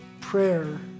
prayer